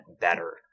better